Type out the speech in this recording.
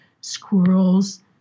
squirrels